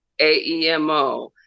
AEMO